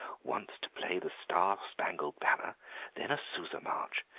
once to play the star-spangled banner then a sousa march,